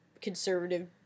conservative